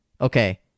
okay